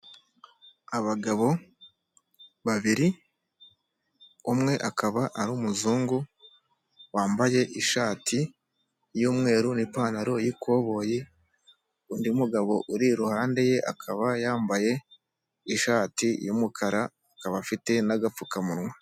Abagabo babiri umwe akaba ari umuzungu wambaye ishati y'umweru n'ipantaro y'ikoboyi, undi mugabo uri iruhande ye akaba yambaye ishati y'umukara, akaba afite n'agapfukamunwa.